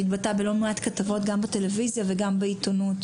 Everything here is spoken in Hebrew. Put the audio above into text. שהתבטא בלא מעט כתבות גם בטלוויזיה וגם בעיתונות.